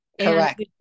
correct